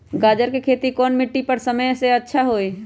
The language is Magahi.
गाजर के खेती कौन मिट्टी पर समय अच्छा से होई?